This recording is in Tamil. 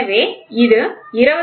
எனவே இது 25